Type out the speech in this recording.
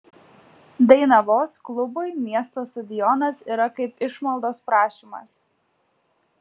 dainavos klubui miesto stadionas yra kaip išmaldos prašymas